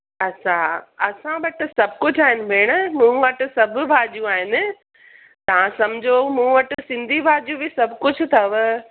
अच्छा असां वटि सभु कुझु आहिनि भेण मूं वटि सभ भाॼियूं आहिनि तव्हां समुझो मूं वटि सिंधी भाॼियूं बि सभु कुझु अथव